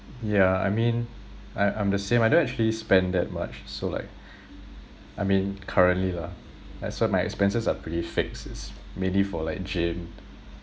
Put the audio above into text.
yeah I mean I I'm the same I don't actually spend that much so like I mean currently lah like so my expenses are pretty fixed it's mainly for like gym